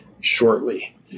shortly